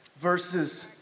verses